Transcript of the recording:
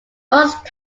most